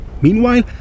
Meanwhile